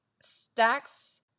stacks